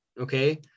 okay